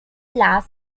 laws